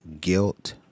guilt